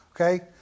Okay